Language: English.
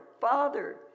Father